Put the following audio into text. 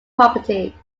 property